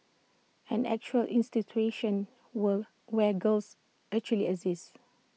an actual institution were where girls actually exist